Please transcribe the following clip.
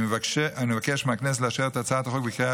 אני מבקש מהכנסת לאשר את הצעת החוק בקריאה